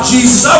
Jesus